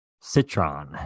citron